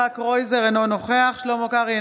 יצחק קרויזר, אינו נוכח שלמה קרעי,